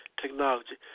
Technology